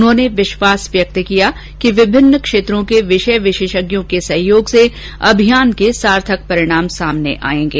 उन्होंने विश्वास व्यक्त किया कि विभिन्न क्षेत्रों के विषय विशेषज्ञों के सहयोग से अभियान के सार्थक परिणाम आएंगे